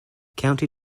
county